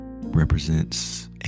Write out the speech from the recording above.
represents